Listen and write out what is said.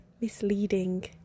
misleading